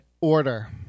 Order